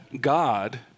God